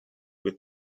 with